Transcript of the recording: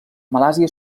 malàisia